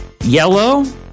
yellow